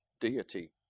deity